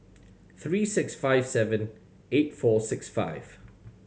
three six five seven eight four six five